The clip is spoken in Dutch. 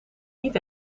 niet